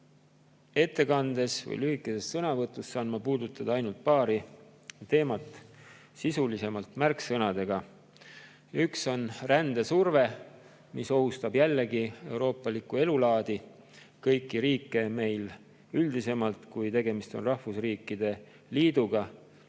ettekandes või lühikeses sõnavõtus saan ma puudutada ainult paari teemat sisulisemalt märksõnadega. Üks on rändesurve, mis ohustab jällegi euroopalikku elulaadi ja kõiki riike üldisemalt. Kui tegemist on rahvusriikide liiduga, siis